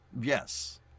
Yes